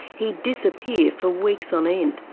he'd disappear for weeks on end.